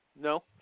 No